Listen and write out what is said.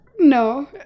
No